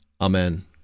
Amen